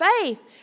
faith